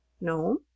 No